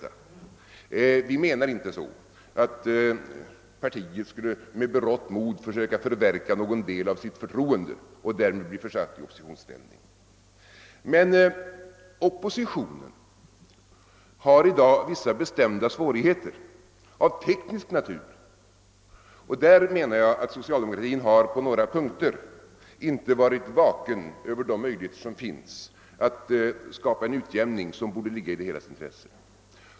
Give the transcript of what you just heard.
Vi menar inte att partiet skulle med berått mod förverka någon del av sitt förtroende och därmed bli försatt i oppositionsställning. Men oppositionen möter i dag vissa bestämda svårigheter av teknisk natur, och därvidlag menar jag att socialdemokratin på några punkter inte har varit vaken vad beträffar de möjligheter som finns att skapa en utjämning som borde ligga i det helas intresse.